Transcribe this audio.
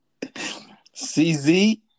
CZ